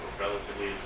relatively